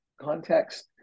context